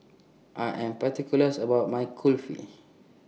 I Am particulars about My Kulfi